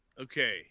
okay